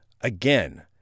Again